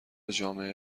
جامع